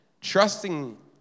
trusting